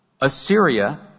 Assyria